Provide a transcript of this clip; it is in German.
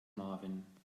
marvin